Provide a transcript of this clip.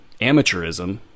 amateurism